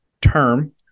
term